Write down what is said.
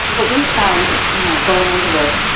and what we've found you know going into this,